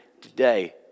today